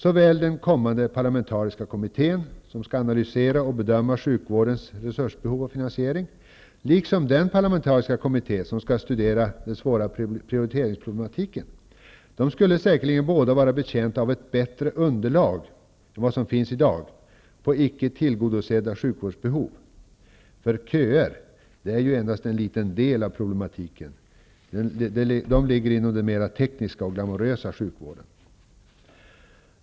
Såväl den kommande parlamentariska kommittén som skall analysera och bedöma sjukvårdens resursbehov och finansiering som den parlamentariska kommitté som skall studera den svåra prioriteringsproblematiken skulle säkerligen vara betjänta av ett bättre underlag när det gäller icke tillgodosedda sjukvårdsbehov än vad som finns i dag. Köer är ju endast en liten del av problematiken. De finns inom den mera tekniska och glamorösa sjukvården.